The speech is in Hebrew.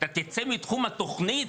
אתה תצא מתחום התוכנית?